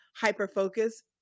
hyper-focus